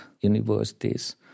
universities